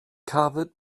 covered